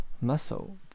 muscle